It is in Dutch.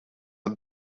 een